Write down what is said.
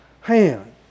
hand